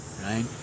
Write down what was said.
Right